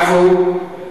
עפו?